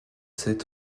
sept